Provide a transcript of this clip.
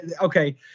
Okay